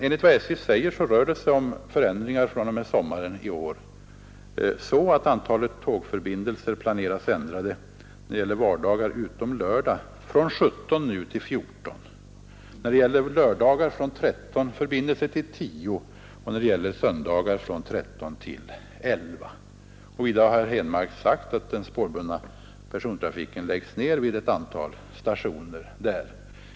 Enligt vad SJ säger skall fr.o.m. sommaren i år antalet tågförbindelser enligt planerna ändras så att på vardagar utomslördagar antalet minskas från nuvarande 17 till 14, på lördagar från 13 till 10 och på söndagar från 13 till 11 förbindelser. Vidare skall, som herr Henmark sagt, den spårbundna persontrafiken läggas ned vid ett antal stationer.